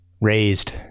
raised